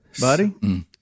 buddy